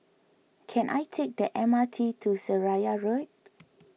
can I take the M R T to Seraya Road